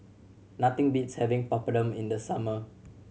nothing beats having Papadum in the summer